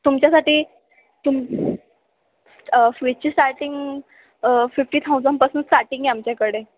तुमच्यासाटी तुम फ्रीजची starting fifty थाउजंडपासून स्टार्टिंग आहे आमच्याकडे